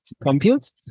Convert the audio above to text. compute